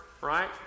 right